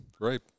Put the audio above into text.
Great